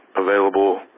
available